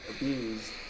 abused